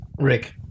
Rick